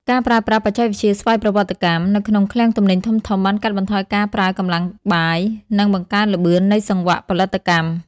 ការប្រើប្រាស់បច្ចេកវិទ្យាស្វ័យប្រវត្តិកម្ម នៅក្នុងឃ្លាំងទំនិញធំៗ បានកាត់បន្ថយការប្រើកម្លាំងបាយ និងបង្កើនល្បឿននៃសង្វាក់ផលិតកម្ម។